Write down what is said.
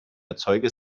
erzeuger